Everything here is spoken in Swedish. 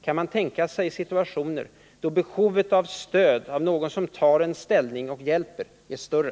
Kan man tänka sig situationer då behovet av stöd av någon som tar ställning för den människan och hjälper henne är större?